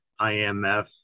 IMF